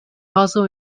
also